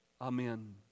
Amen